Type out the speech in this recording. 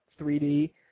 3D